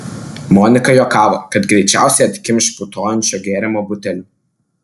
monika juokavo kad greičiausiai atkimš putojančio gėrimo butelį